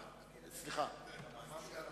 קבוצת סיעת בל"ד, קבוצת סיעת